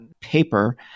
paper